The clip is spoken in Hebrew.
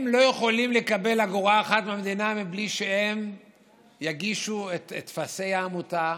הם לא יכולים לקבל אגורה אחת מהמדינה מבלי שהם יגישו את טופסי העמותה,